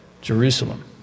Jerusalem